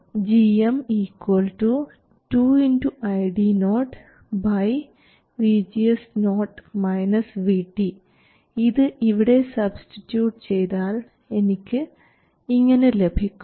gm 2 ID0 ഇത് ഇവിടെ substitute ചെയ്താൽ എനിക്ക് ഇങ്ങനെ ലഭിക്കും